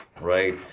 right